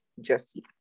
Jesse